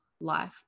life